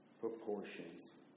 proportions